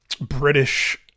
British